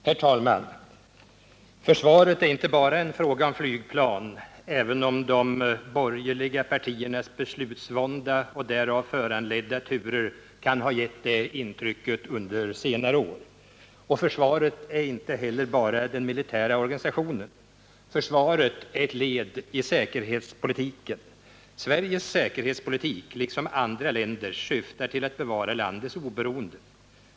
Herr talman! Försvaret är inte bara en fråga om flygplan, även om de borgerliga partiernas beslutsvånda och därav föranledda turer kan ha gett det intrycket under senare år, och försvaret är inte heller bara den militära organisationen. Försvaret är ett led i säkerhetspolitiken. Sveriges säkerhetspolitik, liksom andra länders, syftar till att bevara landets oberoende.